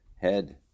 head